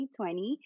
2020